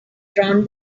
drawn